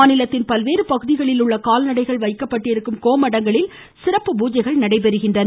மாநிலத்தின் பல்வேறு பகுதிகளில் உள்ள கால்நடைகள் வைக்கப்பட்டிருக்கும் கோ மடங்களில் சிறப்பு பூஜைகள் நடைபெறுகின்றன